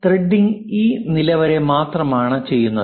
എന്നാൽ ത്രെഡിംഗ് ഈ നില വരെ മാത്രമാണ് ചെയ്യുന്നത്